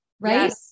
right